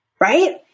right